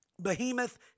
behemoth